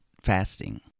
fasting